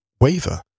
waver